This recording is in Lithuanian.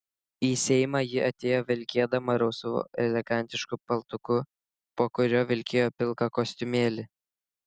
į seimą ji atėjo vilkėdama rusvu elegantišku paltuku po kuriuo vilkėjo pilką kostiumėlį